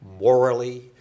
morally